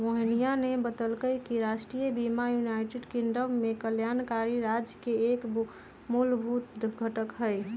मोहिनीया ने बतल कई कि राष्ट्रीय बीमा यूनाइटेड किंगडम में कल्याणकारी राज्य के एक मूलभूत घटक हई